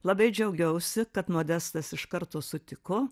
labai džiaugiausi kad modestas iš karto sutiko